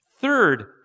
third